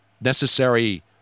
necessary